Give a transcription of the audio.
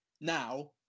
now